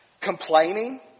Complaining